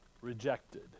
Rejected